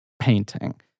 painting